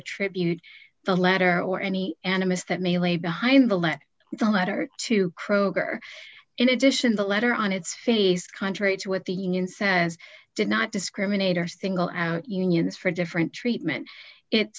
attribute the latter or any animist that may lay behind the let the matter to kroger in addition the letter on its face contrary to what the union says did not discriminate or single out unions for different treatment it